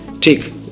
take